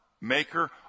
maker